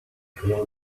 crayons